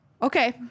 Okay